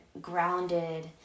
grounded